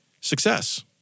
success